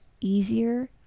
easier